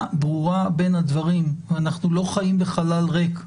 ברורה בין הדברים ואנחנו לא חיים בחלל ריק,